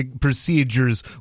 procedures